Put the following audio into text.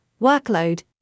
workload